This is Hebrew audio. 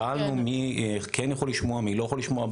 שאלנו מי כן יכול לשמוע, מי לא יכול לשמוע.